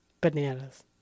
bananas